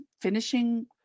finishing